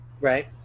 Right